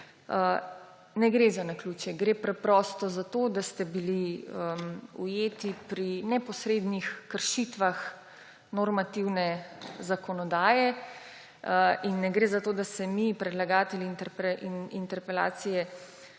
Ne gre za naključje, gre preprosto za to, da ste bili ujeti pri neposrednih kršitvah normativne zakonodaje. In ne gre za to, da se mi, predlagatelji interpelacije,